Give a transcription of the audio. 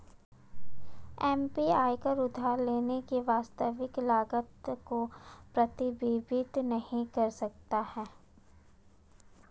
APR उधार लेने की वास्तविक लागत को प्रतिबिंबित नहीं कर सकता है